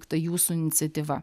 jūsų iniciatyva